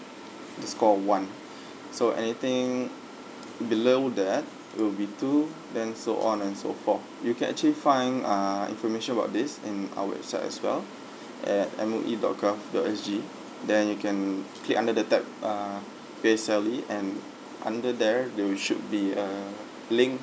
the score of one so anything below there it will be two then so on and so forth you can actually find ah information about this and our website as well at M O E dot G O V dot S G then you can click under the tab ah P_S_L_E and under there there'll should be a link